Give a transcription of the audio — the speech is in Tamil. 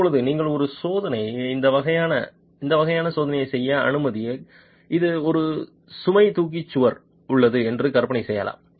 இப்போது நீங்கள் ஒரு சோதனை இந்த வகையான செய்ய அனுமதி இதில் ஒரு சுமை தாங்கி சுவர் உள்ளது என்று கற்பனை செய்யலாம்